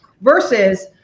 Versus